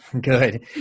Good